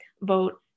vote